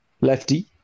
lefty